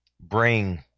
bring